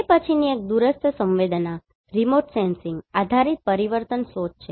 તે પછીની એક દૂરસ્થ સંવેદનાઆધારિત પરિવર્તન શોધ છે